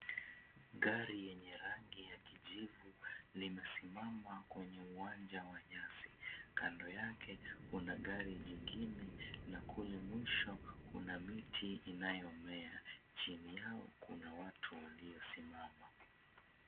Gari lenye rangi ya kijivu limesimama kwenye uwanja wa nyasi, kando yake kuna gari jingine na kule mwisho kuna miti 𝑖𝑛𝑎𝑦𝑜𝑚𝑒𝑎, chini yao kuna watu walio simama.